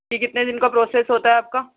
یہ کتنے دن کا پروسیس ہوتا ہے آپ کا